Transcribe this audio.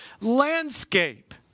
landscape